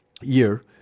year